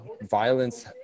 violence